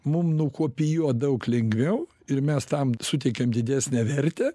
mum nukopijuot daug lengviau ir mes tam suteikiam didesnę vertę